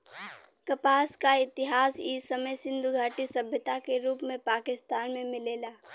कपास क इतिहास इ समय सिंधु घाटी सभ्यता के रूप में पाकिस्तान में मिलेला